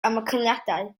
canlyniadau